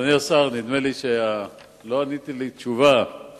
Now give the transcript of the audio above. אדוני השר, נדמה לי שלא ענית תשובה על